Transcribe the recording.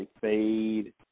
fade